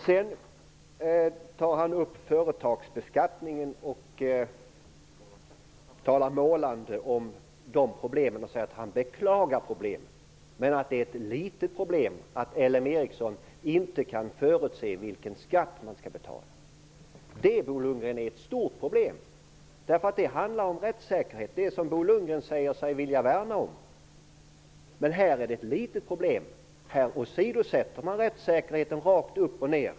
Sedan tar han upp frågan om företagsbeskattningen och talar målande om problemen och säger att han beklagar dem, men att det är ett litet problem att LM Ericsson inte kan förutse vilken skatt man skall betala. Det är ett stort problem, Bo Lundgren. Det handlar om rättssäkerhet, det som Bo Lundgren säger sig vilja värna om. Men här är det ett litet problem. Här åsidosätter man rättssäkerheten rakt upp och ner.